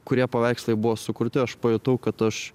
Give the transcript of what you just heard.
kurie paveikslai buvo sukurti aš pajutau kad aš